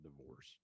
divorce